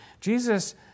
Jesus